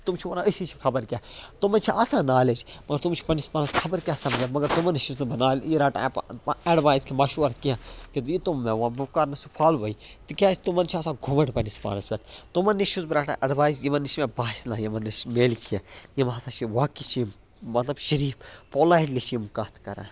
تِم چھِ وَنان أسی چھِ خبر کیٛاہ تِمَن چھِ آسان نالیج مگر تِم چھِ پَنٛنِس پانَس خبر کیٛاہ سَمجان مگر تِمَن نِش چھُس نہٕ بہٕ نال یہِ رَٹان اٮ۪ڈوایز کہِ مَشور کیٚنٛہہ یہِ تِم مےٚ وۄنۍ بہٕ کَرنہٕ سُہ فالوٕے تِکیٛازِ تِمَن چھِ آسان گُمنڈ پنٛنِس پانَس پٮ۪ٹھ تِمن نِش چھُس بہٕ رَٹان اٮ۪ڈوایز یِمن نِش مےٚ باسہِ نَہ یِمَن نِش مِلہِ کیٚنٛہہ یِم ہسا چھِ واقعی چھِ یِم مطلب شریٖف پولایٹلی چھِ یِم کَتھ کَران